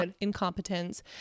incompetence